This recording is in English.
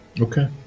Okay